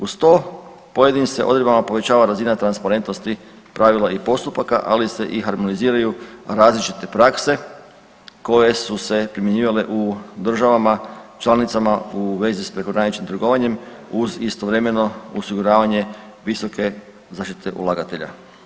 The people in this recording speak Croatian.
Uz to pojedinim se odredbama povećava razina transparentnosti, pravila i postupaka, ali se i harmoniziraju različite prakse koje su se primjenjivale u državama članicama u vezi s prekograničnim trgovanjem uz istovremeno osiguravanje visoke zaštite ulagatelja.